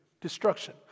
destruction